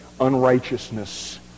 unrighteousness